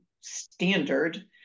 standard